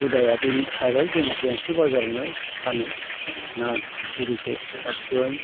हुदाया बेनो थाबाय जोंना बेंथल बाजारावनो फानो ना आरिखौ दा बेवहाय